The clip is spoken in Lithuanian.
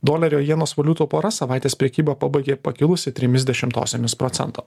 dolerio jenos valiutų pora savaitės prekybą pabaigė pakilusi trimis dešimtosiomis procento